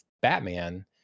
Batman